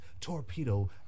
Torpedo